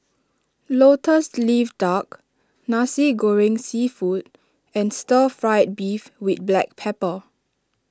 Lotus Leaf Duck Nasi Goreng Seafood and Stir Fried Beef with Black Pepper